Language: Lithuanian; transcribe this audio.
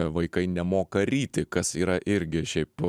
vaikai nemoka ryti kas yra irgi šiaip